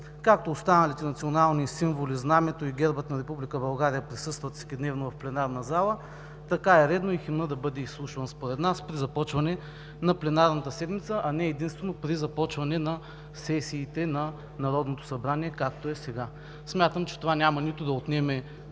Както останалите национални символи – знамето и гербът на Република България, присъстват всекидневно в пленарна зала, така е редно според нас да бъде изслушван и химнът при започване на пленарната седмица, а не единствено при започване на сесиите на Народното събрание, както е сега. Смятам, че това няма да отнеме